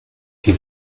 die